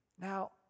Now